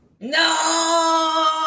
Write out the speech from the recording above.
No